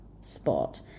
spot